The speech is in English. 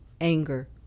anger